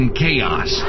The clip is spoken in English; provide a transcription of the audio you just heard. chaos